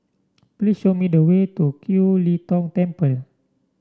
please show me the way to Kiew Lee Tong Temple